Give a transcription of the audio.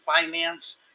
finance